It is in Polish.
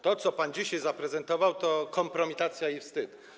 To, co pan dzisiaj zaprezentował, to kompromitacja i wstyd.